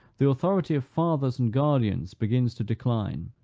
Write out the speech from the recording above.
the authority of fathers and guardians begins to decline,